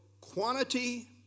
quantity